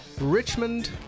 richmond